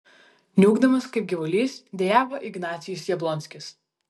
niūkdamas kaip gyvulys dejavo ignacius jablonskis